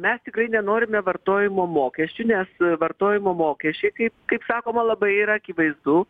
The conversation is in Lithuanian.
mes tikrai nenorime vartojimo mokesčių nes vartojimo mokesčiai kaip kaip sakoma labai yra akivaizdu